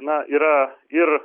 na yra ir